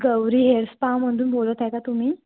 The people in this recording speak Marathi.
गौरी हेरस्पामधून बोलत आहे का तुम्ही